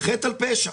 חטא על פשע,